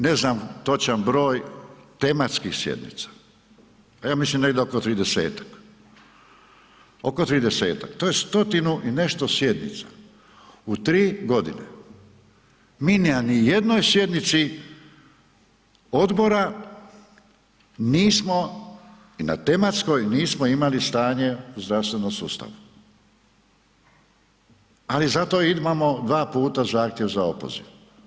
Ne znam točan broj tematskih sjednica, pa ja mislim negdje oko 30-ak, oko 30-ak, to je stotinu i nešto sjednica u 3 g. Mi na nijednoj sjednici odbora nismo ni na tematskoj nismo imali stanje o zdravstvenom sustavu ali zato imamo dva outa zahtjev za opoziv.